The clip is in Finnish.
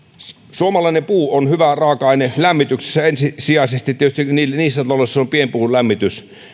suomalainen puu on hyvä raaka aine lämmityksessä ensisijaisesti tietysti niissä taloissa joissa on pienpuulämmitys